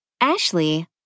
Ashley